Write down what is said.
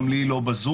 גם לי לא בזום.